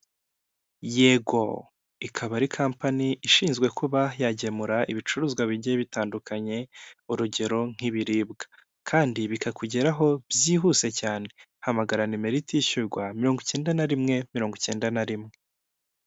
Yego ikaba ari company ishinzwe kuba yagemura ibicuruzwa bigiye bitandukanye urugero nk'ibiribwa kandi bikakugeraho byihuse cyane, hamagara nimero itishyurwa mirongo icyenda na rimwe mirongo icyenda na rimwe.